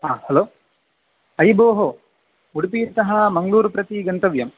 हा हेलो अयि भोः उडुपितः मङ्गळूर् प्रति गन्तम्